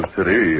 City